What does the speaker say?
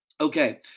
Okay